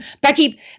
Becky